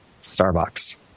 Starbucks